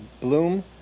Bloom